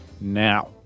now